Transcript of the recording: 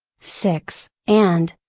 six and,